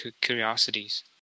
curiosities